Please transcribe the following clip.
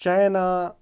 China